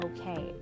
okay